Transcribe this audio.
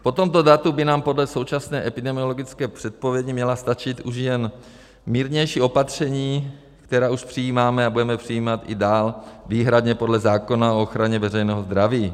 Po tomto datu by nám podle současné epidemiologické předpovědi měla stačit už jen mírnější opatření, která už přijímáme a budeme přijímat i dál výhradně podle zákona o ochraně veřejného zdraví.